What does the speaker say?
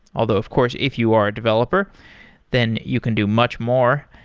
although of course, if you are a developer then you can do much more.